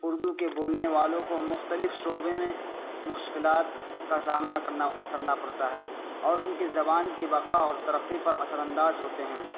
اردو کے بولنے والوں کو مختلف شعبے میں مشکلات کا سامنا کرنا کرنا پڑتا ہے اور ان کے زبان کی بقا اور ترقی پر اثرانداز ہوتے ہیں